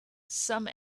some